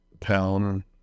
town